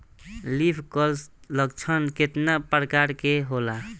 Leaf कल लक्षण केतना परकार के होला?